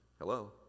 Hello